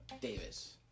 Davis